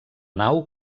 nau